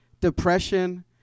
Depression